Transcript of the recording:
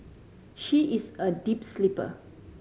she is a deep sleeper